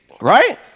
Right